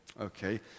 Okay